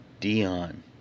Dion